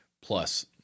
plus